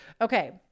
Okay